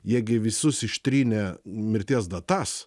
jie gi visus ištrynė mirties datas